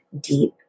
deep